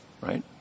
right